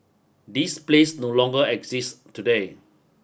this place no longer exist today